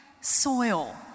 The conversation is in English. soil